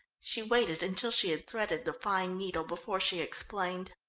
she waited until she had threaded the fine needle before she explained.